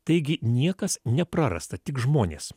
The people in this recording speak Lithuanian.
taigi niekas neprarasta tik žmonės